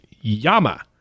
Yama